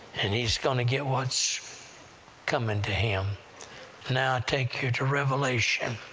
and he's gonna get what's coming to him. and now, i take you to revelation.